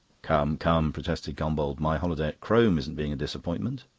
come, come, protested gombauld. my holiday at crome isn't being a disappointment.